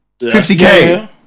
50K